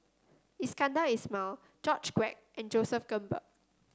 Iskandar Ismail George Quek and Joseph Grimberg